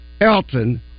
Elton